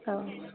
औ